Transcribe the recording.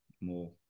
more